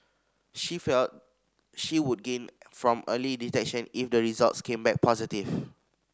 she felt she would gain from early detection if the results came back positive